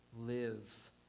live